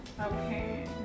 Okay